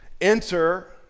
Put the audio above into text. Enter